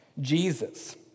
Jesus